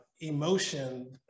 emotion